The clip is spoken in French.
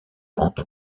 rentre